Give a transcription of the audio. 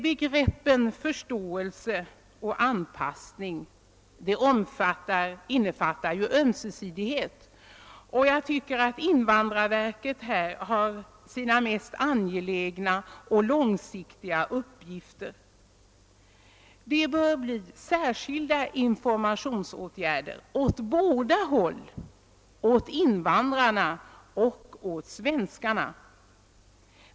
Begreppen förståelse och anpassning innefattar ju ömsesidighet. Jag tycker att invandrarverket här har sina mest angelägna och långsiktiga uppgifter. Det bör bli särskilda informationsåtgärder åt båda hållen, åt invandrarna och åt svenskarna.